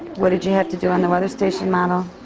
what did you have to do on the weather station model?